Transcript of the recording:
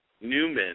Newman